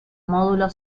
módulo